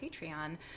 patreon